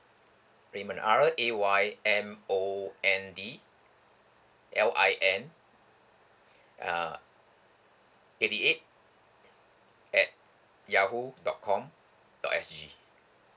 raymond R A Y M O N D L I N uh eighty eight at yahoo dot com dot S_G